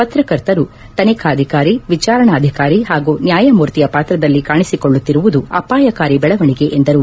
ಪತ್ರಕರ್ತರು ತನಿಖಾಧಿಕಾರಿ ವಿಚಾರಣಾಧಿಕಾರಿ ಹಾಗೂ ನ್ಯಾಯಮೂರ್ತಿಯ ಪಾತ್ರದಲ್ಲಿ ಕಾಣಿಸಿಕೊಳ್ಳುತ್ತಿರುವುದು ಅಪಾಯಕಾರಿ ಬೆಳವಣಿಗೆ ಎಂದರು